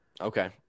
Okay